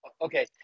Okay